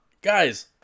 guys